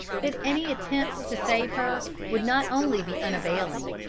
that any attempt to save her would not only be unavailing,